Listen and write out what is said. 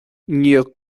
ndiaidh